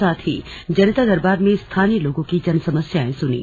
साथ ही जनता दरबार में स्थानीय लोगों की समस्याएं सुनीं